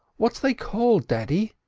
what's they called, daddy?